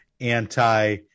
anti